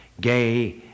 Gay